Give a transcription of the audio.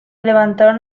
levantaron